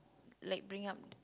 like bring up